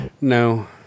No